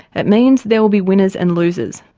it means there will be winners and losers.